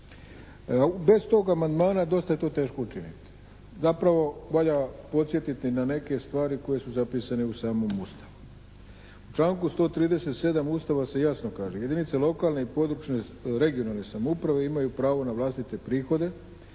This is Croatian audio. Bez tog amandmana dosta je to teško učiniti. Zapravo valja podsjetiti na neke stvari koje su zapisane u samom Ustavu. U članku 137. Ustava se jasno kaže, jedinice lokalne i područne (regionalne) samouprave imaju pravo na vlastite prihode